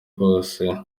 kose